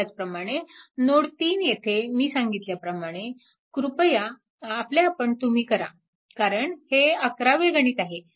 त्याचप्रमाणे नोड 3 येथे मी सांगितल्याप्रमाणे कृपया आपल्या आपण तुम्ही करा कारण हे 11वे गणित आहे